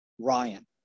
Ryan